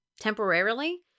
Temporarily